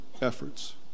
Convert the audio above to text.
efforts